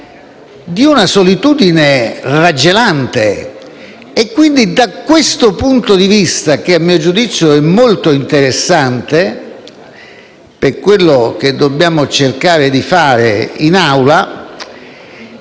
di una solitudine raggelante. Quindi, da questo punto di vista, che a mio giudizio è molto interessante per quello che dobbiamo cercare di fare in